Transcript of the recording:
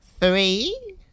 Three